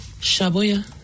Shaboya